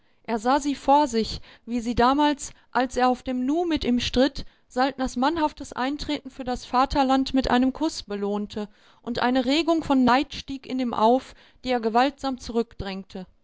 er sah sie vor sich wie sie damals als er auf dem nu mit ihm stritt saltners mannhaftes eintreten für das vaterland mit einem kuß belohnte und eine regung von neid stieg in ihm auf die er gewaltsam zurückdrängte